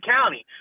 County